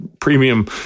premium